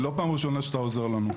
לא פעם ראשונה שאתה עוזר לנו.